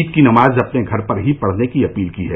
ईद की नमाज अपने घर पर ही पढ़ने की अपील की है